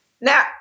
Now